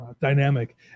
dynamic